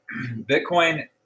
Bitcoin